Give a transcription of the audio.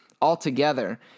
altogether